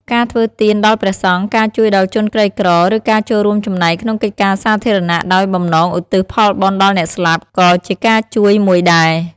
ការធ្វើទានដល់ព្រះសង្ឃ ការជួយដល់ជនក្រីក្រ ឬការចូលរួមចំណែកក្នុងកិច្ចការសាធារណៈដោយបំណងឧទ្ទិសផលបុណ្យដល់អ្នកស្លាប់ ក៏ជាការជួយមួយដែរ។